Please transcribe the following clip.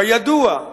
כידוע,